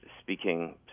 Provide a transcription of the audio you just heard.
speaking